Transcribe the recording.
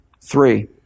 Three